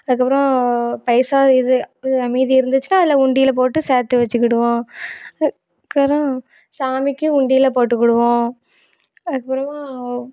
அதுக்கப்புறம் பைசா இது அதில் மீதி இருந்துச்சுன்னா அதில் உண்டியலில் போட்டு சேர்த்து வச்சுக்கிடுவோம் அதுக்கப்புறம் சாமிக்கு உண்டியலில் போட்டுக்கிடுவோம் அதுக்குப்புறமா